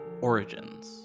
Origins